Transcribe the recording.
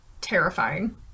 terrifying